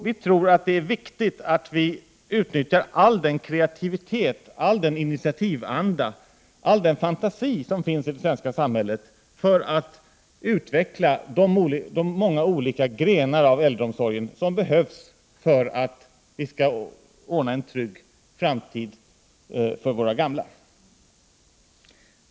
Vi tror att det är viktigt att man utnyttjar all kreativitet, initiativanda och fantasi som finns i det svenska samhället, för att utveckla de många olika grenar av äldreomsorgen som behövs för att vi skall ordna en trygg framtid för våra gamla.